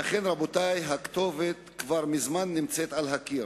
ואכן, רבותי, הכתובת כבר מזמן נמצאת על הקיר,